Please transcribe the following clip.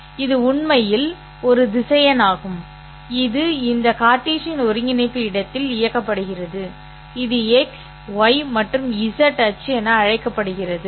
இது உண்மையில் ஒரு திசையன் ஆகும் இது இந்த கார்ட்டீசியன் ஒருங்கிணைப்பு இடத்தில் இயக்கப்படுகிறது இது x y மற்றும் z அச்சு என அழைக்கப்படுகிறது